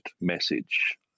message